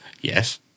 Yes